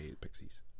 Pixies